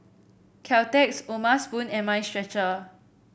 Caltex O'ma Spoon and Mind Stretcher